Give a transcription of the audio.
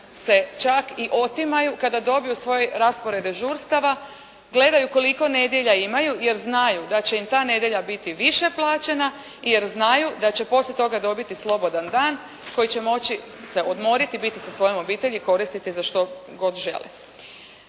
se čak i otimaju kada dobiju svoj raspored dežurstava, gledaju koliko nedjelja imaju jer znaju da će im ta nedjelja biti više plaćena, jer znaju da će poslije toga dobiti slobodan dan koji će moći se odmoriti, biti sa svojom obitelji, koristiti za što god žele.